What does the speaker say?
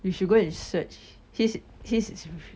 you should go and search his his is